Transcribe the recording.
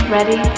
Ready